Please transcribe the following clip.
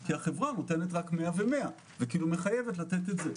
כי החברה נותנת רק 100 ו-100 ומחייבת לתת את זה.